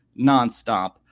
nonstop